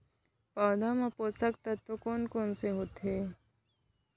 पौधे मा पोसक तत्व कोन कोन से होथे?